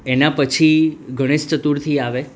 એના પછી ગણેશ ચતુર્થી આવે